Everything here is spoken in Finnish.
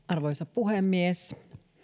arvoisa puhemies